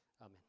Amen